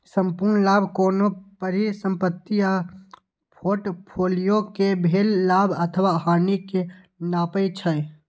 संपूर्ण लाभ कोनो परिसंपत्ति आ फोर्टफोलियो कें भेल लाभ अथवा हानि कें नापै छै